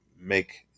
make